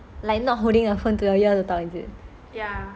ya like not holding a phone to your ear to talk is it